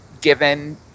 given